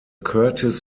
curtis